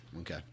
okay